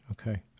Okay